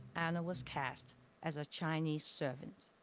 anna was cast as a chinese servant.